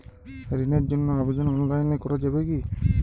ঋণের জন্য আবেদন অনলাইনে করা যাবে কি?